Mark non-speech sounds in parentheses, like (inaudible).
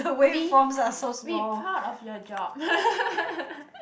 be be proud of your job (laughs)